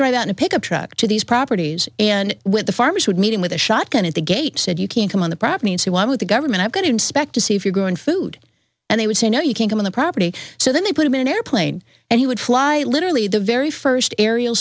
on a pickup truck to these properties and with the farmers would meeting with a shotgun at the gate said you can't come on the prop means he want with the government i'm going to inspect to see if you're growing food and they would say no you can't come in the property so then they put him in an airplane and he would fly literally the very first aerial